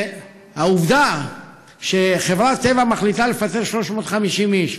העובדה שחברת טבע מחליטה לפטר 350 איש,